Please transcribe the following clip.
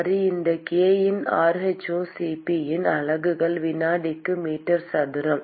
சரி இந்த k இன் Rho C p இன் அலகுகள் வினாடிக்கு மீட்டர் சதுரம்